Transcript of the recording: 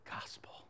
gospel